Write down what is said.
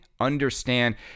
understand